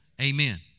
Amen